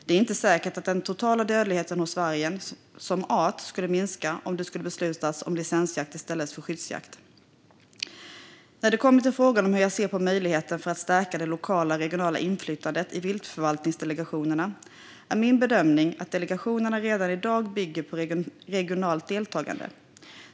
Det är inte säkert att den totala dödligheten hos vargen som art skulle minska om det skulle beslutas om licensjakt i stället för skyddsjakt. När det kommer till frågan om hur jag ser på möjligheten att stärka det lokala och regionala inflytandet i viltförvaltningsdelegationerna är min bedömning att delegationerna redan i dag bygger på regionalt deltagande.